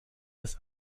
des